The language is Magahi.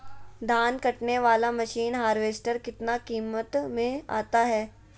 धान कटने बाला मसीन हार्बेस्टार कितना किमत में आता है?